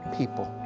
people